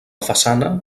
façana